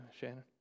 Shannon